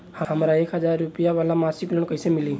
हमरा एक हज़ार रुपया वाला मासिक लोन कईसे मिली?